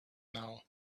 now